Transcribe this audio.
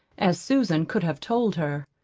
as susan could have told her.